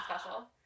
special